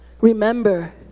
Remember